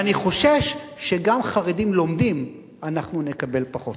ואני חושש שגם חרדים לומדים אנחנו נקבל פחות.